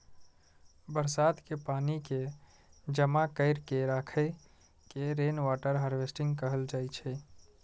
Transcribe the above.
बरसात के पानि कें जमा कैर के राखै के रेनवाटर हार्वेस्टिंग कहल जाइ छै